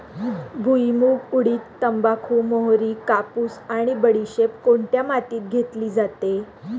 भुईमूग, उडीद, तंबाखू, मोहरी, कापूस आणि बडीशेप कोणत्या मातीत घेतली जाते?